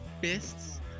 fists